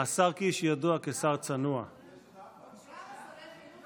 שר החינוך יואב קיש: תודה שאת דואגת לי.